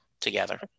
together